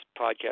podcast